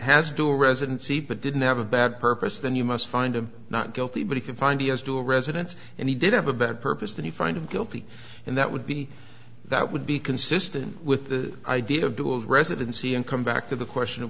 has do residency but didn't have a bad purpose then you must find him not guilty but if you find he has to residents and he did have a better purpose than you find him guilty and that would be that would be consistent with the idea of duals residency and come back to the question of